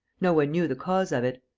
no one knew the cause of it.